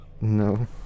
No